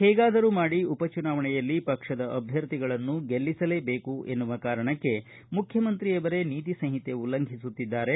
ಹೇಗಾದರೂ ಮಾಡಿ ಉಪಚುನಾವಣೆಯಲ್ಲಿ ಪಕ್ಷದ ಅಭ್ಯರ್ಥಿಗಳನ್ನು ಗೆಲ್ಲಿಸಲೇಬೇಕು ಎನ್ನುವ ಕಾರಣಕ್ಕೆ ಮುಖ್ಯಮಂತ್ರಿಯವರೇ ನೀತಿ ಸಂಹಿತೆ ಉಲ್ಲಂಘಿಸುತ್ತಿದ್ದಾರೆ